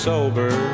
sober